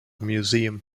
museum